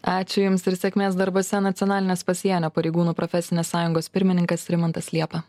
ačiū jums ir sėkmės darbuose nacionalinės pasienio pareigūnų profesinės sąjungos pirmininkas rimantas liepa